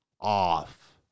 off